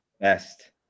best